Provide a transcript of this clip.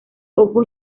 ojo